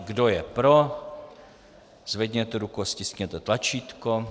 Kdo je pro, zvedněte ruku a stiskněte tlačítko.